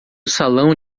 salão